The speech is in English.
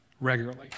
regularly